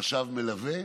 חשב מלווה,